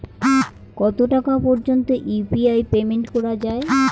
কত টাকা পর্যন্ত ইউ.পি.আই পেমেন্ট করা যায়?